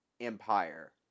Empire